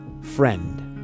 Friend